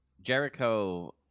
Jericho